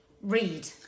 Read